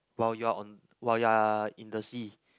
while you're on while you're in the sea